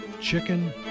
chicken